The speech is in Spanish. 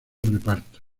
reparto